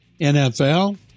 NFL